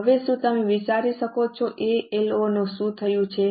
હવે શું તમે વિચારી શકો કે A L O ને શું થયું છે